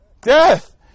Death